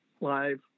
live